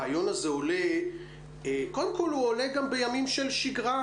הרעיון הזה קודם כול עולה גם בימים של שגרה,